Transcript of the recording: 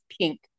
pink